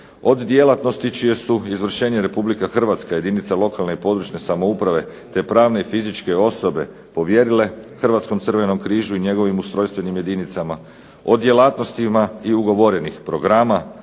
Od djelatnosti čije su izvršenje Republika Hrvatska i jedinice lokalne i područne (regionalne) samouprave te pravne i fizičke osobe povjerile Hrvatskom crvenom križu i njegovim ustrojstvenim jedinicama, o djelatnostima i ugovorenih programa